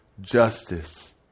justice